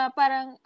parang